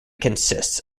consists